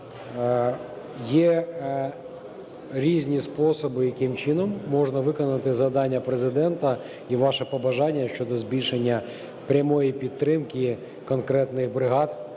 є різні способи, яким чином можна виконати завдання Президента і ваше побажання щодо збільшення прямої підтримки конкретних бригад